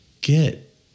get